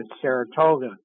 Saratoga